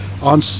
on